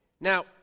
Now